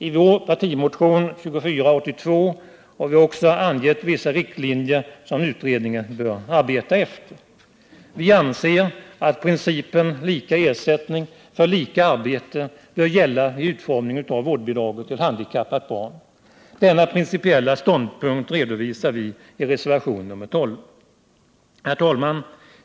I vår partimotion 2482 har vi också angett vissa riktlinjer som utredningen bör arbeta efter. Vi anser att principen lika ersättning för lika arbete bör gälla vid utformningen av vårdbidraget till handikappat barn. Denna principiella ståndpunkt redovisar vi i reservation nr 12. Herr talman!